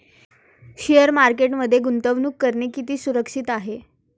Share मार्केटमध्ये गुंतवणूक करणे किती सुरक्षित आहे?